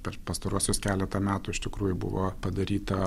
per pastaruosius keletą metų iš tikrųjų buvo padaryta